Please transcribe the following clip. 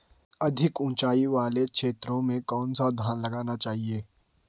अधिक उँचाई वाले क्षेत्रों में कौन सा धान लगाया जाना चाहिए?